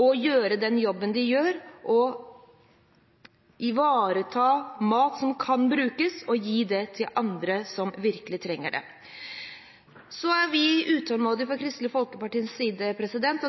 å gjøre den jobben de gjør og ta vare på mat som kan brukes, og gi den til andre som virkelig trenger den. Vi er utålmodige fra Kristelig Folkepartis side.